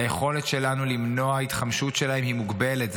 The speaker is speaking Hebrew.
היכולת שלנו למנוע התחמשות שלהם היא מוגבלת.